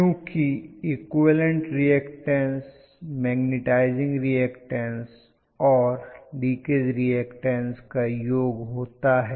क्योंकि equivalent reactance magnetising reactance और leakage reactance का योग होता है